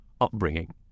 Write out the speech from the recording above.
upbringing